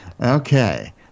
Okay